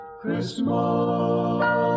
Christmas